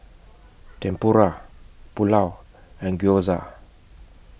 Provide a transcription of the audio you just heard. Tempura Pulao and Gyoza